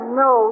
no